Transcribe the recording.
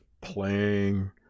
playing